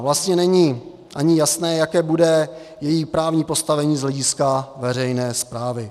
Vlastně není ani jasné, jaké bude její právní postavení z hlediska veřejné správy.